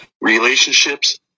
relationships